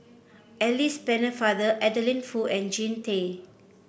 Alice Pennefather Adeline Foo and Jean Tay